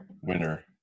winner